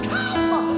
Come